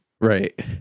right